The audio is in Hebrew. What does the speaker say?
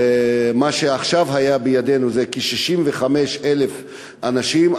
מה שעכשיו ידוע לנו זה כ-65,000 אנשים,